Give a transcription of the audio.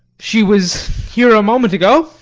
she was here a moment ago.